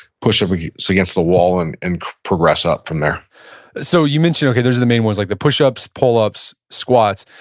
push-ups so against the wall, and and progress up from there so you mentioned, okay, those are the main ones, like the push-ups, pull-ups, squats.